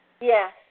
Yes